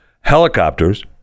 Helicopters